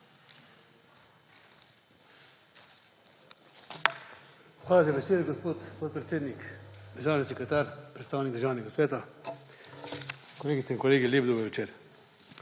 Hvala za besedo, gospod podpredsednik. Državni sekretar, predstavnik Državnega sveta, kolegice in kolegi, lep dober večer!